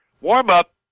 warm-up